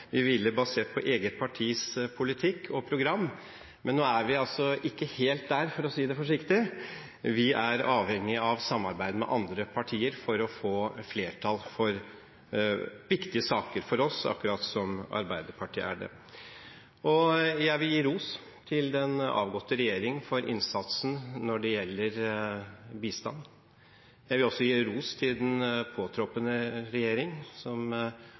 vi ville, basert på eget partis politikk og program. Men nå er vi altså ikke helt der, for å si det forsiktig! Vi er avhengig av samarbeid med andre partier for å få flertall for viktige saker for oss, akkurat som Arbeiderpartiet er det for seg. Jeg vil gi ros til den avgåtte regjering for innsatsen når det gjelder bistand. Jeg vil også gi ros til den påtroppende regjering, som